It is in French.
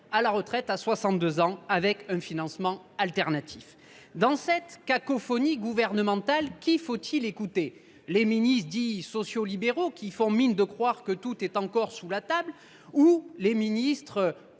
à la retraite à 62 ans avec un financement alternatif. Sur fond de cacophonie gouvernementale, qui faut il écouter ? Les ministres dits sociaux libéraux, qui font mine de croire que tout est encore sur la table, ou les ministres